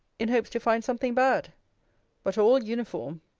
in hopes to find something bad but all uniform!